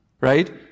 Right